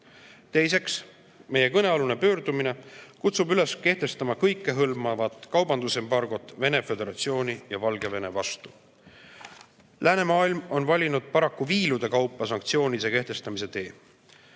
pöördumine. Meie kõnealune pöördumine kutsub üles kehtestama kõikehõlmavat kaubandusembargot Venemaa Föderatsiooni ja Valgevene vastu. Läänemaailm on valinud paraku viilude kaupa sanktsioonide kehtestamise tee.